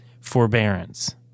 Forbearance